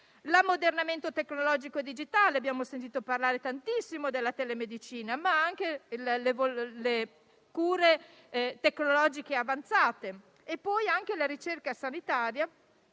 l'ammodernamento tecnologico e digitale: abbiamo sentito parlare tantissimo della telemedicina. Ancora, le cure tecnologiche avanzate e poi anche la ricerca sanitaria,